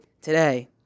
Today